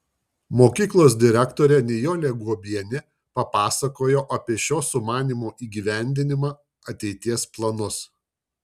mokyklos direktorė nijolė guobienė papasakojo apie šio sumanymo įgyvendinimą ateities planus